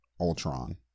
Ultron